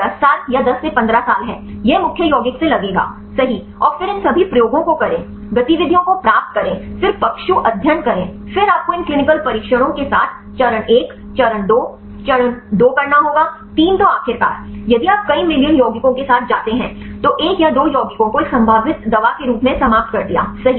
यह लगभग 10 साल या 10 से 15 साल है यह मुख्य यौगिक से लगेगा सही और फिर इन सभी प्रयोगों को करें गतिविधियों को प्राप्त करें फिर पशु अध्ययन करें फिर आपको इन क्लीनिकल परीक्षणों के साथ चरण एक चरण दो चरण दो करना होगा तीन तो आखिरकार यदि आप कई मिलियन यौगिकों के साथ जाते हैं तो एक या दो यौगिकों को एक संभावित दवा के रूप में समाप्त कर दिया